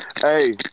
Hey